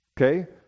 Okay